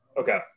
okay